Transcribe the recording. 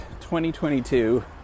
2022